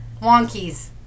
Wonkies